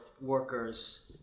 workers